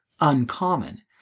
uncommon